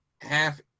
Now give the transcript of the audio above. half